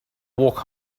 walk